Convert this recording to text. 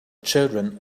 children